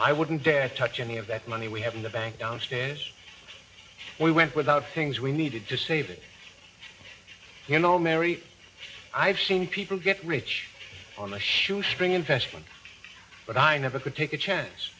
i wouldn't dare touch any of that money we have in the bank downstairs we went without things we needed to save you know mary i've seen people get rich on a shoestring investment but i never could take a chance